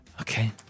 Okay